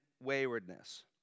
waywardness